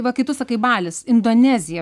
va kai tu sakai balis indonezija